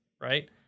right